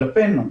כלפינו.